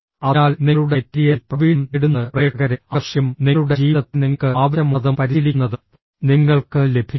അതിനാൽ നിങ്ങളുടെ മെറ്റീരിയലിൽ പ്രാവീണ്യം നേടുന്നത് പ്രേക്ഷകരെ ആകർഷിക്കും നിങ്ങളുടെ ജീവിതത്തിൽ നിങ്ങൾക്ക് ആവശ്യമുള്ളതും പരിശീലിക്കുന്നതും നിങ്ങൾക്ക് ലഭിക്കും